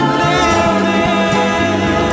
living